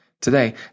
today